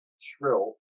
shrill